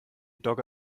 dogge